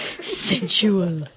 Sensual